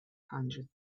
hundred